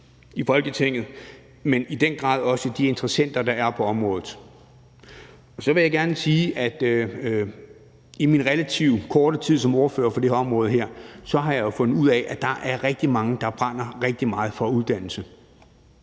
i Folketinget, men i den grad også med de interessenter, der er på området. Så vil jeg gerne sige, at i min relativt korte tid som ordfører på det her område har jeg fundet ud af, at der er rigtig mange, der brænder rigtig meget for uddannelse,